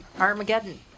Armageddon